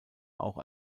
auch